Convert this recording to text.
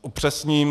Upřesním.